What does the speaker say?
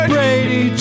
Brady